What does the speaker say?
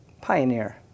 pioneer